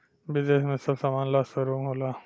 विदेश में सब समान ला शोरूम होला